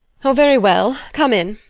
oh, very well. come in.